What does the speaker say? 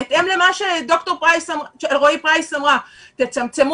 בהתאם למה שד"ר אלרעי-פרייס אמרה: תצמצמו